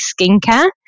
skincare